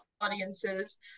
audiences